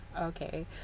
okay